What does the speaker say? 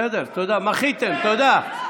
בסדר, מחיתם, תודה.